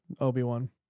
Obi-Wan